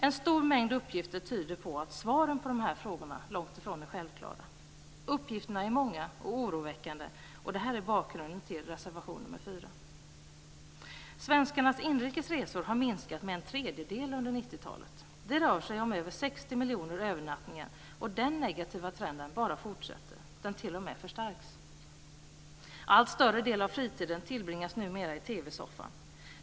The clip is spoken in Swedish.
En stor mängd uppgifter tyder på att svaren på de här frågorna långt ifrån är självklara. Uppgifterna är många och oroväckande, och det är bakgrunden till reservation 4. Svenskarnas inrikesresor har minskat med en tredjedel under 90-talet. Det rör sig om över 60 miljoner övernattningar, och den negativa trenden bara fortsätter. Den t.o.m. förstärks. En allt större del av fritiden tillbringas numera i TV-soffan.